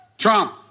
Trump